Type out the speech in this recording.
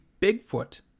Bigfoot